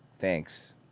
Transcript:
Thanks